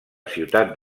ciutat